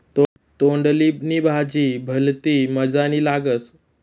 तोंडली नी भाजी भलती मजानी लागस